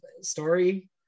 story